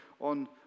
on